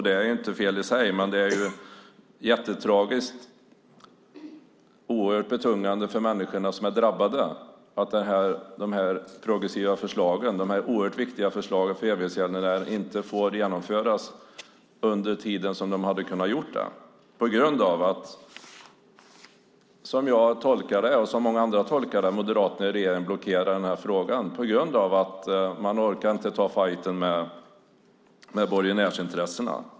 Det är inte fel i sig, men det är tragiskt och oerhört betungande för de människor som är drabbade att de här progressiva och oerhört viktiga förslagen för evighetsgäldenärer inte får genomföras under den tid som man hade kunnat göra det. Som jag och många andra tolkar det blockerar moderaterna i regeringen den här frågan på grund av att de inte orkar ta fajten med borgenärsintressena.